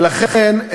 ולכן,